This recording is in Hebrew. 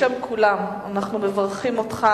רוצים לברך.